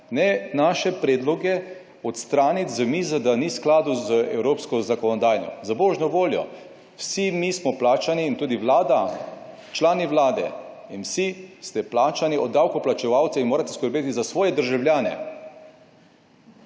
naše predloge odstraniti za mizo, da ni v skladu z evropsko zakonodajo. Za božjo voljo, vsi mi smo plačani in tudi Vlada, člani Vlade in vsi ste plačani od davkoplačevalce in morate skrbeti za svoje državljane